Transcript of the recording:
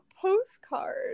postcard